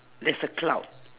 there's a cloud